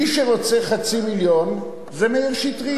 מי שרוצה חצי מיליון זה מאיר שטרית.